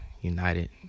united